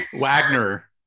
Wagner